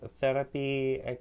Therapy